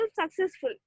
successful